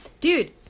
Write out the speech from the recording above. Dude